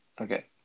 Okay